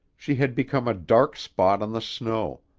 she had become a dark spot on the snow,